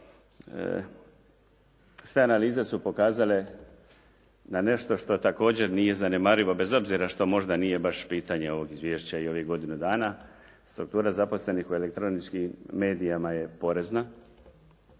Sve analize su pokazale na nešto što također nije zanemarivo bez obzira što možda nije baš pitanje ovog izvješća i ovih godinu dana. Struktura zaposlenih u elektroničkim medijima je porazna.